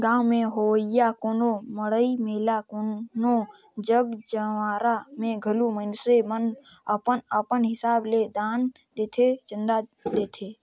गाँव में होवइया कोनो मड़ई मेला कोनो जग जंवारा में घलो मइनसे मन अपन अपन हिसाब ले दान देथे, चंदा देथे